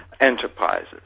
enterprises